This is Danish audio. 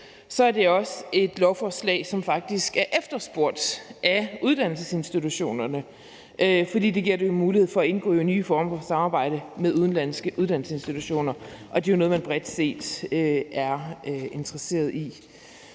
Så er det også et lovforslag, som faktisk er efterspurgt af uddannelsesinstitutionerne, fordi det giver dem mulighed for at indgå i nye former for samarbejde med udenlandske uddannelsesinstitutioner, og det er jo noget, man bredt set er interesseret i.